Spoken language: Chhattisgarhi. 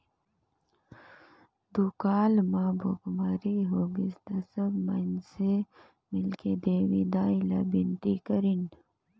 दुकाल म भुखमरी होगिस त सब माइनसे मिलके देवी दाई ला बिनती करिन